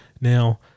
Now